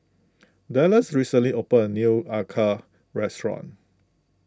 Dallas recently opened a new Acar restaurant